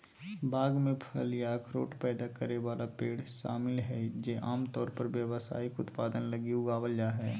बाग में फल या अखरोट पैदा करे वाला पेड़ शामिल हइ जे आमतौर पर व्यावसायिक उत्पादन लगी उगावल जा हइ